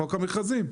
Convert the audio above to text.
חוק המכרזים.